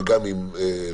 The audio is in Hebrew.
וגם אם לא.